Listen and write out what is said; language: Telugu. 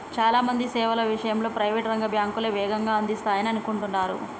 చాలా మంది సేవల విషయంలో ప్రైవేట్ రంగ బ్యాంకులే వేగంగా అందిస్తాయనే అనుకుంటరు